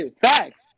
facts